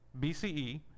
bce